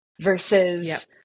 versus